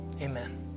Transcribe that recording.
amen